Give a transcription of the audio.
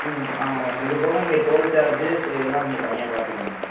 ம் ஆமாம் மேடம் இது போக நீங்கள் டோல் சார்ஜஸ் இதெல்லாம் நீங்கள் தனியாக பார்த்துக்கணும் மேடம்